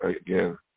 again